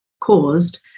caused